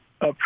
up